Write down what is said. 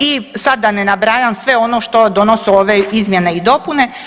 I sada da ne nabrajam sve ono što donose ove izmjene i dopune.